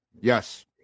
Yes